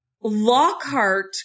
Lockhart